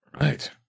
Right